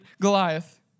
Goliath